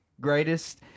greatest